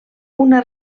una